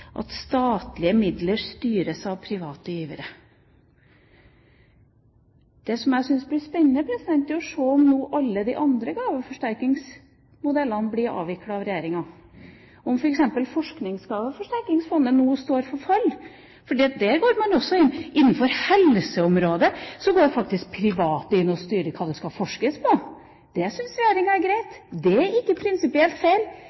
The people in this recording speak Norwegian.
at «statlige midler blir styrt av private givere». Det jeg syns blir spennende, er å se om alle de andre gaveforsterkingsmodellene blir avviklet av regjeringa – om f.eks. gaveforsterkningsordninga på forskningsfeltet nå står for fall. Innenfor helseområdet går faktisk private inn og styrer hva det skal forskes på. Det syns regjeringa er greit – det er ikke prinsipielt feil.